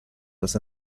was